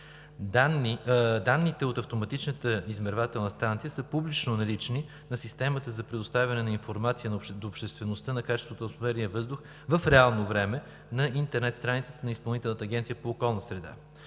Данните от автоматична измервателна станция са публично налични в Системата за предоставяне на информация на обществеността за качеството на атмосферния въздух в реално време на интернет страницата на Изпълнителна агенция по околна среда.